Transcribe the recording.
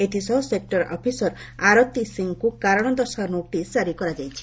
ଏଥିସହ ସେକୁର ଅପିସର ଆରତୀ ସିଂଙ୍କୁ କାରଣ ଦର୍ଶାଅ ନୋଟିସ୍ ଜାରି କରିଛନ୍ତି